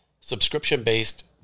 subscription-based